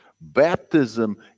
Baptism